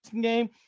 game